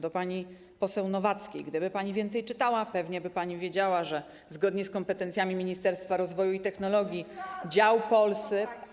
Do pani poseł Nowackiej: gdyby pani więcej czytała, pewnie by pani wiedziała, że zgodnie z kompetencjami Ministerstwa Rozwoju i Technologii dział POLSA.